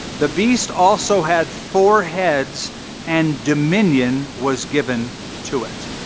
the beast also had four heads and dominion was given to it.